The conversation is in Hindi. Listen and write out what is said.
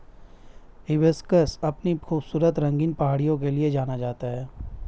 हिबिस्कस अपनी खूबसूरत रंगीन पंखुड़ियों के लिए जाना जाता है